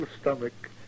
stomach